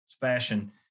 fashion